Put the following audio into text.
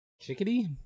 Chickadee